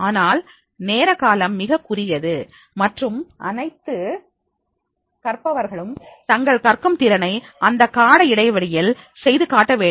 ஆனால் நேர காலம் மிகக் குறுகியது மற்றும் அனைத்து கற்பவர்கள் தங்களது கற்கும் திறனை அந்தக் கால இடைவெளியில் செய்து காட்ட வேண்டும்